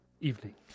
evening